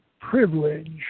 privilege